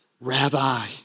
Rabbi